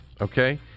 okay